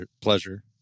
pleasure